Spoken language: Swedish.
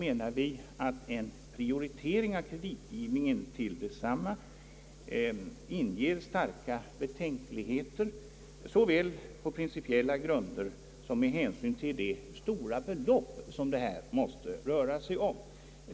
En prioritering av kreditgivningen till storstadsområdena inger starka betänkligheter såväl på prin cipiella grunder som med hänsyn till de stora belopp som det här rör sig om.